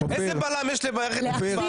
איזה בלם יש למערכת המשפט?